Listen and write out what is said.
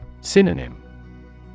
Synonym